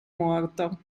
morto